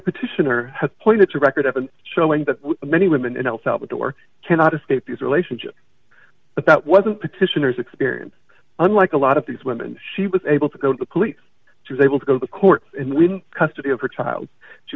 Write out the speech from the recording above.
petitioner has pointed to a record of showing that many women in el salvador cannot escape these relationships but that wasn't petitioner's experience unlike a lot of these women she was able to go to the police she was able to go to court and win custody of her child she